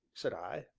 said i,